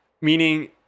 Meaning